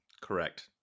Correct